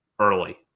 early